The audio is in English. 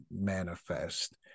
manifest